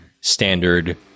standard